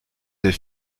des